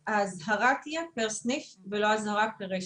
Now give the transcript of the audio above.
שהאזהרה תהיה פר סניף ולא אזהרה פר רשת.